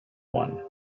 one